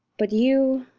but you,